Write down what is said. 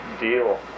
deal